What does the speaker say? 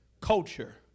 Culture